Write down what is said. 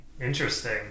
Interesting